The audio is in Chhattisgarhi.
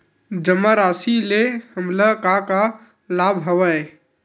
जमा राशि ले हमला का का लाभ हवय?